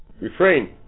refrain